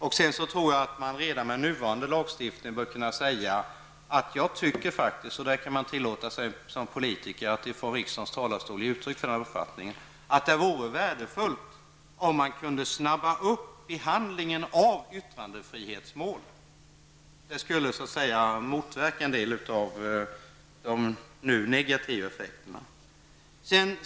Jag tror att man redan med nuvarande lagstiftning bör kunna säga att det vore värdefullt om behandlingen av yttrandefrihetsmål kunde påskyndas. Jag tycker att man som politiker kan tillåta sig att uttala den uppfattningen från denna talarstol. En sådan snabbare behandling skulle motverka en del av de nu negativa effekterna.